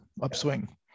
upswing